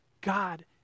God